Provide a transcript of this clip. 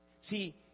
See